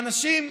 ואנשים,